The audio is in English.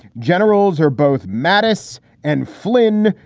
generals are both mattis and flynn.